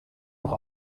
noch